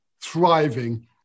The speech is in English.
thriving